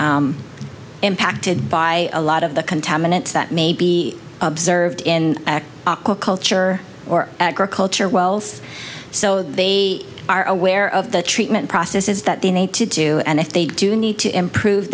impacted by a lot of the contaminants that may be observed in culture or agriculture wells so they are aware of the treatment process is that they need to do and if they do need to improve